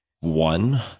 One